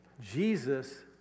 Jesus